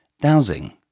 Dowsing